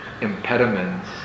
impediments